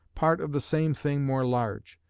part of the same thing more large.